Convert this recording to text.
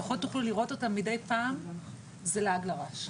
לפחות תוכלו לראות אותם מידי פעם זה לעג לרש,